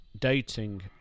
dating